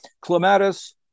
clematis